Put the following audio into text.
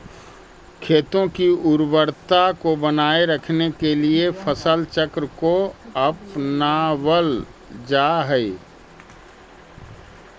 खेतों की उर्वरता को बनाए रखने के लिए फसल चक्र को अपनावल जा हई